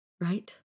right